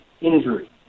injury